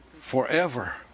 forever